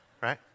Right